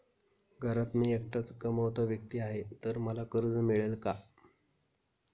घरात मी एकटाच कमावता व्यक्ती आहे तर मला कर्ज मिळेल का?